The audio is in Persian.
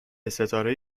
ستاره